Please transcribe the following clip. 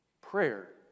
Prayer